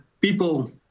people